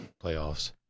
playoffs